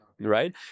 right